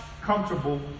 comfortable